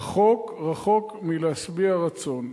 רחוק רחוק מלהשביע רצון.